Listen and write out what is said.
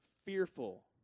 Fearful